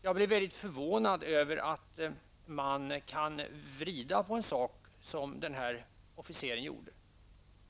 Jag blev väldigt förvånad över att man kan vrida på en sak som den här officeren gjorde.